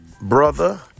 brother